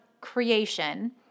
creation